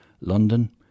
London